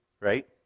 right